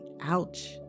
ouch